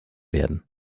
werden